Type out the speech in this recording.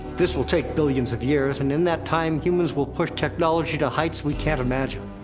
this will take billions of years, and in that time, humans will push technology to heights we can't imagine.